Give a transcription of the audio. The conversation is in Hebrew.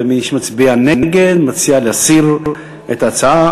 ומי שמצביע נגד מציע להסיר את ההצעה.